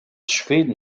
schweden